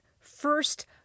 first